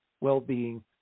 well-being